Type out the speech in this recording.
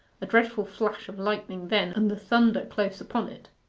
a dreadful flash of lightning then, and the thunder close upon it.